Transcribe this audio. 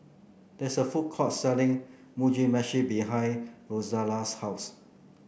there is a food court selling Mugi Meshi behind Rosella's house